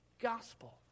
gospel